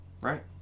Right